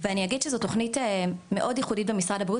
אני אגיד שזו תוכנית מאוד ייחודית במשרד הבריאות,